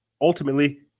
ultimately